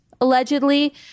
allegedly